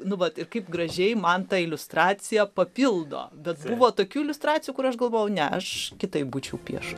nu vat ir kaip gražiai man ta iliustracija papildo bet buvo tokių iliustracijų kur aš galvojau ne aš kitaip būčiau piešti